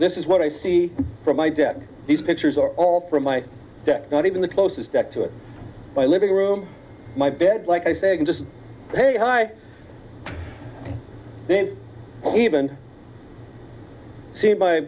this is what i see from my desk these pictures are all from my not even the closest deck to my living room my bed like i say i can just say hi even seen my